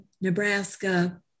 Nebraska